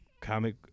comic